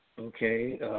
Okay